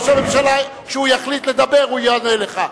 ראש הממשלה, כשהוא יחליט לדבר, הוא יענה לך.